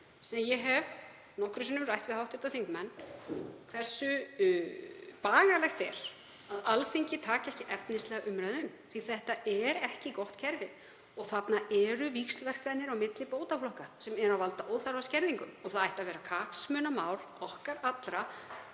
sem ég hef nokkrum sinnum rætt við hv. þingmenn hversu bagalegt er að Alþingi taki ekki efnislega umræðu um. Þetta er ekki gott kerfi og þarna eru víxlverkanir á milli bótaflokka sem valda óþarfaskerðingum. Það ætti að vera kappsmál okkar allra